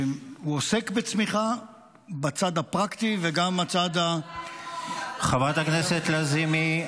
הוא עוסק בצמיחה בצד הפרקטי וגם בצד ------ חברת הכנסת לזימי,